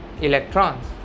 electrons